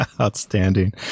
Outstanding